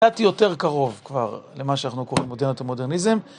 הייתי יותר קרוב כבר למה שאנחנו קוראים מודרנת המודרניזם.